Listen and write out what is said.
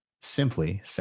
simply